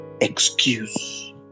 excuse